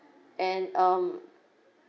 and um